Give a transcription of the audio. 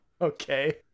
Okay